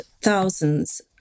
thousands